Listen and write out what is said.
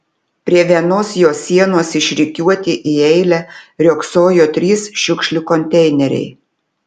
prie vienos jo sienos išrikiuoti į eilę riogsojo trys šiukšlių konteineriai